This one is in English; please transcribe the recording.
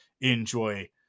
enjoy